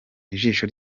ijisho